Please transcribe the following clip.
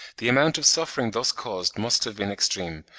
the amount of suffering thus caused must have been extreme,